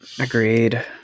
Agreed